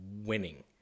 winning